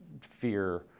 fear